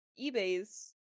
eBay's